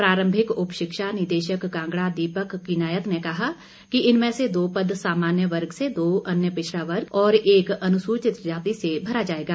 प्रारंभिक उपशिक्षा निदेशक कांगड़ा दीपक किनायत ने कहा कि इन में से दो पद सामान्य वर्ग से दो अन्य पिछड़ा वर्ग और एक अनुसूचित जाति से भरा जाएगा